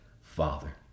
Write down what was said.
father